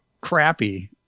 crappy